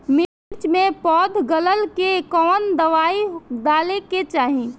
मिर्च मे पौध गलन के कवन दवाई डाले के चाही?